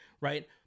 Right